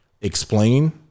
explain